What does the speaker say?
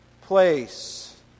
place